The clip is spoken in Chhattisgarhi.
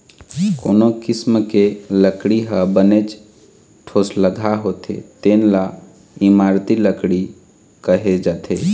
कोनो किसम के लकड़ी ह बनेच ठोसलगहा होथे तेन ल इमारती लकड़ी कहे जाथे